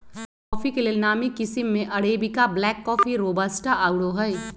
coffee के लेल नामी किशिम में अरेबिका, ब्लैक कॉफ़ी, रोबस्टा आउरो हइ